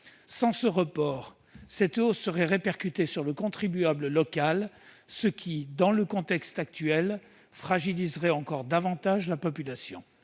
Sans ce report, cette hausse serait répercutée sur le contribuable local, ce qui, dans le contexte actuel, fragiliserait encore davantage la population.